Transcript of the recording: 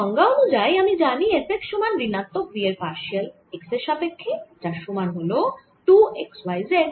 সংজ্ঞা অনুযায়ী আমি জানি F x সমান ঋণাত্মক v এর পারশিয়াল x এর সাপেক্ষ্যে যার সমান হল 2 x y z